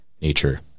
nature